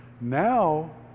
Now